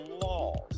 laws